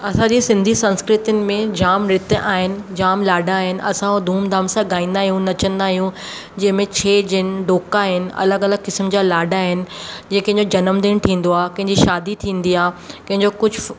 असांजी सिंधी संस्कृति में जामु नृत्य आहिनि जामु लाॾा आहिनि असां हू धूमधाम सां गाईंदा आहियूं नचंदा आहियूं जंहिंमें छेॼ आहिनि ॾौको आहिनि अलॻि अलॻि क़िस्म जा लाॾा आहिनि जीअं कंहिंजो जनमु दिन थींदो आहे कंहिंजी शादी थींदी आहे कंहिंजो कुझु